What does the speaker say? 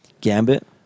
Gambit